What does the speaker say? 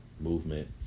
movement